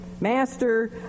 Master